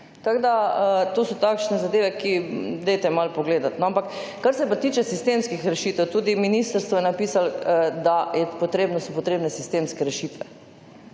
Tako, da to so takšne zadeve, ki jih dajte malo pogledati. Ampak kar se pa tiče sistemskih rešitev, tudi ministrstvo je napisalo, da so potrebne sistemske rešitve.